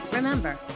Remember